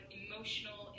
emotional